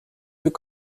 veux